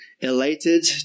elated